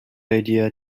idea